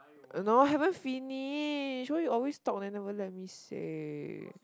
uh no haven't finish why you always talk then never let me say